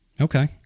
Okay